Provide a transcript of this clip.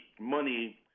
money